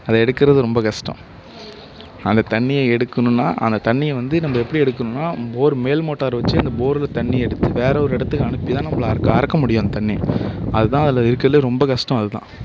அதை எடுக்கிறது ரொம்ப கஷ்டம் அந்த தண்ணியை எடுக்கணுன்னால் அந்த தண்ணியை வந்து நம்ப எப்படி எடுக்கணுன்னால் போர் மேல் மோட்டர் வச்சு அந்த போரில் தண்ணி எடுத்து வேறே ஒரு இடத்துக்கு அனுப்பி தான் நம்ப அறுக்க முடியும் அந்த தண்ணியை அதுதான் அதில் இருக்கிறதுலையே ரொம்ப கஷ்டம் அதுதான்